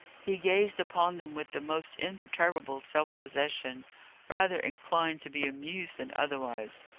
he gazed upon them with the most imperturbable self-possession rather inclined to be amused than otherwise.